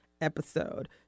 episode